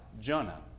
Jonah